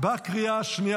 בקריאה השנייה,